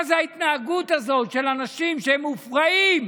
מה זה ההתנהגות הזאת, של אנשים שהם מופרעים?